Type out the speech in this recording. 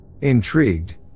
Intrigued